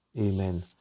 Amen